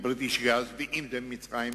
מ"בריטיש-גז" ואם זה ממצרים.